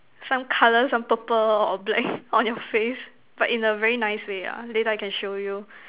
some colour some purple or black on your face but in a very nice way ah later I can show you